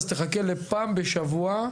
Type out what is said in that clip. אז תחכה לפעם בשבוע,